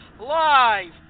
live